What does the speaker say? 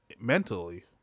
mentally